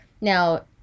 Now